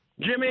Jimmy